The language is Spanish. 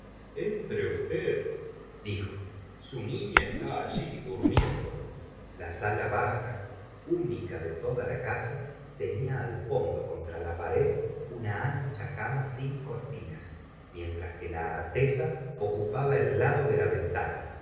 campo estre usteddijo su niña está all durmiendo la bala baja única de toda la casa tenia al fondo contra la pared una ancha cama sin cortinas mientras que la artesa ocupaba el lado de la ventana